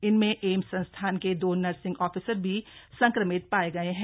इनमें एम्स संस्थान के दो नर्सिंग ऑफिसर भी संक्रमित पाये गए हैं